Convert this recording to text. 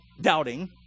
doubting